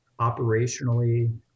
operationally